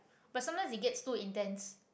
but sometimes it gets too intense